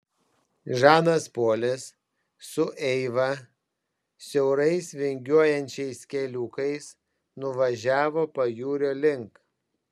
žanas polis su eiva siaurais vingiuojančiais keliukais nuvažiavo pajūrio link